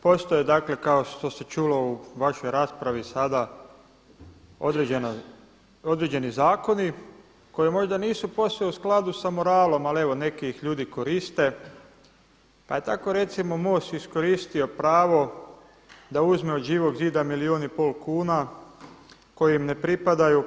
Postoji dakle kao što se čulo u vašoj raspravi sada određeni zakoni koji možda nisu posve u skladu sa moralom ali neki ih ljudi koriste, pa je tako recimo MOST iskoristio pravo da uzme od Živog zida milijun i pol kuna koji im ne pripadaju.